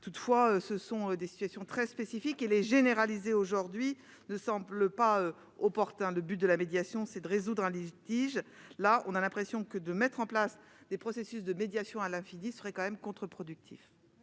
Toutefois, ce sont des situations très spécifiques et les généraliser aujourd'hui ne semble pas opportun. L'objet de la médiation est de résoudre un litige. On a l'impression que la mise en place de processus de médiation à l'infini serait quand même contre-productive.